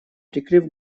прикрыв